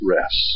rest